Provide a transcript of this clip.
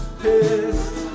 pissed